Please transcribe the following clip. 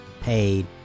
paid